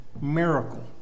Miracle